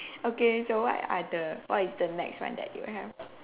okay so what are the what is the next one that you have